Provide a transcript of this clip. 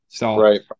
Right